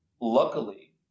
luckily